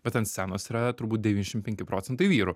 bet ant scenos yra turbūt devyniasdešimt penki procentai vyrų